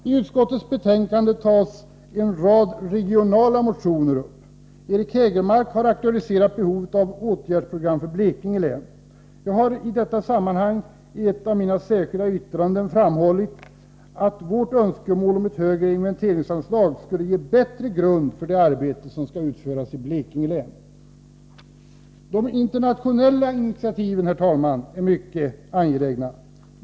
I utskottets betänkande tas en rad regionala motioner upp. Eric Hägelmark har aktualiserat behovet av åtgärdsprogram för Blekinge län. Jag har i det sammanhanget i ett av mina särskilda yttranden framhållit att vårt önskemål om ett högre inventeringsanslag skulle ge en bättre grund för det arbete som skall utföras i Blekinge län. De internationella initiativen, herr talman, är mycket angelägna.